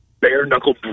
bare-knuckle